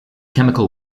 chemical